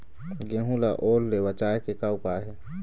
गेहूं ला ओल ले बचाए के का उपाय हे?